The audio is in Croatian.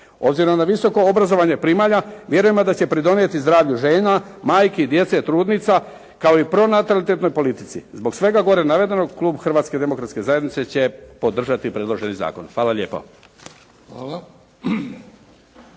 obzirom na visoko obrazovanje primalja, vjerujemo da će pridonijeti zdravlju žena, majki, djece, trudnica, kao i pronatalitetnoj politici. Zbog svega gore navedenog, klub Hrvatske demokratske zajednice će podržati predloženi zakon. Hvala lijepo.